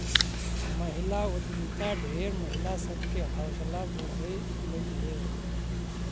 महिला उद्यमिता ढेर महिला सब के हौसला बढ़यलई हे